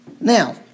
Now